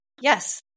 Yes